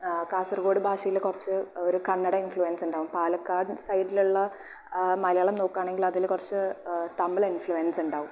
കാസർഗോഡ് ഭാഷയിൽ കുറച്ച് ഒരു കന്നട ഇൻഫ്ലുവൻസ് ഉണ്ടാകും പാലക്കാടൻ സൈഡിൽ ഉള്ള മലയാളം നോക്കുകയാണെങ്കിൽ അതിൽ കുറച്ച് തമിഴ് ഇൻഫ്ലുവെൻസ് ഉണ്ടാകും